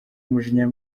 umujinya